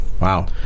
Wow